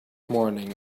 morning